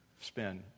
spin